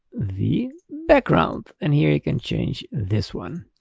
the background. and here you can change this one.